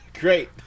great